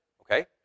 Okay